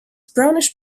brownish